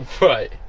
Right